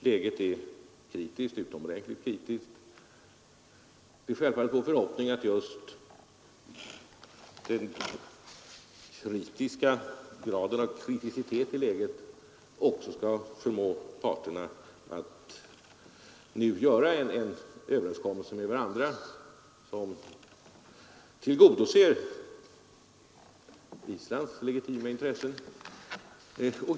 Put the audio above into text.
Läget är utomordentligt kritiskt, och det är självfallet vår förhoppning att detta skall förmå parterna att nu nå en överenskommelse som tillgodoser Islands legitima intressen.